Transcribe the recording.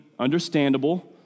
understandable